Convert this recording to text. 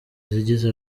zigize